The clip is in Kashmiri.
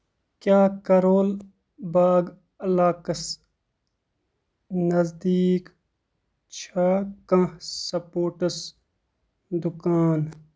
کیٛاہ کَرول باغ علاقس نزدیٖک چھا کانٛہہ سَپوٹس دُکان ؟